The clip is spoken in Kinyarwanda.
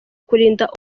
kurinda